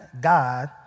God